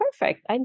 perfect